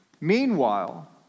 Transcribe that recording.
Meanwhile